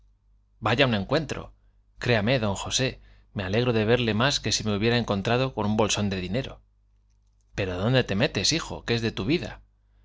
vaya un encuentro créame d josé me alegro de verle más que si me hubiera encontrado un bolsón de dinero pero dónde te metes hijo qué es de tu vida